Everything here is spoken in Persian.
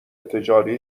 تجاری